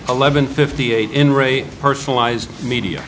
eleven fifty eight in re personalized media